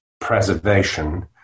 preservation